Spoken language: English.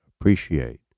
appreciate